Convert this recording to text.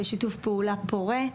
בשיתוף פעולה פורה,